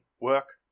work